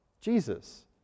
Jesus